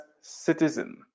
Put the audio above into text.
citizen